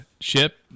ship